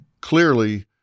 clearly